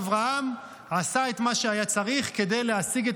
אברהם עשה מה שהיה צריך כדי להשיג את